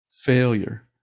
failure